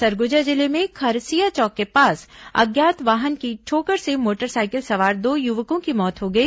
सरगुजा जिले में खरसिया चौक के पास अज्ञात वाहन की ठोकर से मोटरसाइकिल सवार दो युवकों की मौत हो गई